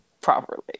properly